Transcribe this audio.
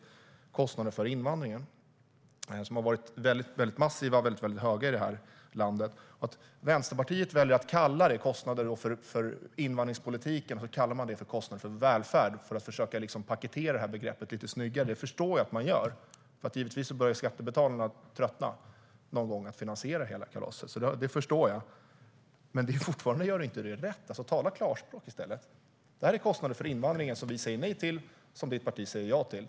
Det gäller kostnader för invandringen som har varit väldigt höga i det här landet. Vänsterpartiet väljer att kalla kostnader för invandringspolitiken för kostnader för välfärd för att försöka paketera begreppet lite snyggare. Det förstår jag att man gör. Men givetvis borde skattebetalarna tröttna någon gång på att finansiera hela kalaset. Men fortfarande gör ni inte rätt. Tala klarspråk i stället! Detta är kostnader för invandringen som vi säger nej till och som ditt parti säger ja till.